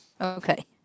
okay